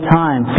time